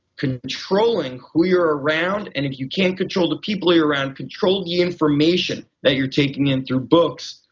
controlling who you're around, and if you can't control the people you're around, control the information that you're taking in through books,